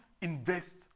invest